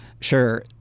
Sure